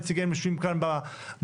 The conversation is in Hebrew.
נציגיהם יושבים כאן בוועדה,